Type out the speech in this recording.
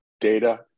data